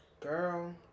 Girl